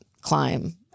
climb